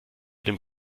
den